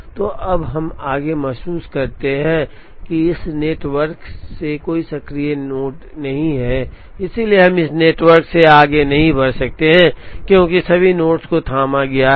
तो अब हम महसूस करते हैं कि इस नेटवर्क में कोई सक्रिय नोड नहीं है इसलिए हम इस नेटवर्क से आगे नहीं बढ़ सकते क्योंकि सभी नोड्स को थामा गया है